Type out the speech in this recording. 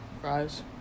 fries